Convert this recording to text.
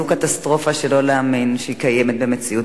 זו קטסטרופה שלא להאמין שהיא קיימת במציאות.